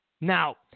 Now